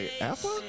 Apple